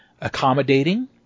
accommodating